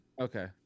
Okay